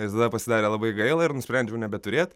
ir tada pasidarė labai gaila ir nusprendžiau nebeturėt